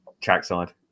Trackside